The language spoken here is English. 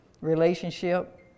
relationship